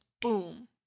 boom